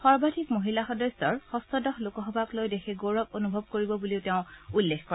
সৰ্বাধিক মহিলা সদস্যৰ যষ্ঠদশ লোকসভাক লৈ দেশে গৌৰৱ অনূভৱ কৰিব বুলি তেওঁ উল্লেখ কৰে